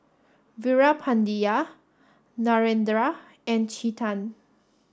Veerapandiya Narendra and Chetan